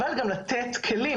אבל גם לתת כלים.